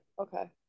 Okay